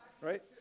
Right